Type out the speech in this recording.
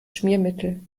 schmiermittel